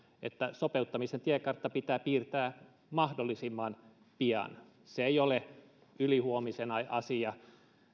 että sopeuttamisen tiekartta pitää piirtää mahdollisimman pian se ei ole ylihuomisen asia